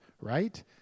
Right